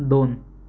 दोन